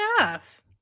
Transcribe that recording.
enough